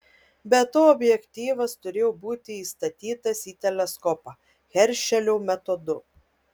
be to objektyvas turėjo būti įstatytas į teleskopą heršelio metodu